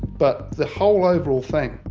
but the whole overall thing.